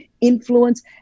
influence